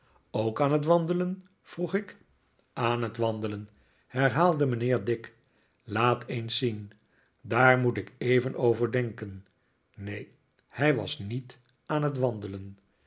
ook aan het wandelen vroeg ik aan het wandelen herhaalde mijnheer dick laat eens zien daar moet ik even over denken ne en hij was niet aan het wandelen